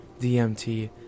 DMT